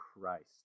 Christ